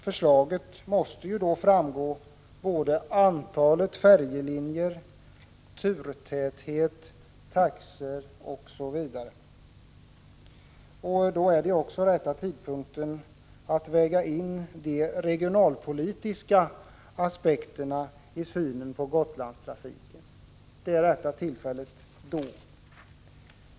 Förslaget måste då omfatta antalet färjelinjer, turtäthet, taxor osv. Det rätta tillfället att väga in de regionalpolitiska aspekterna i synen på Gotlandstrafiken är när detta förslag utformas.